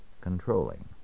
controlling